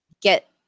get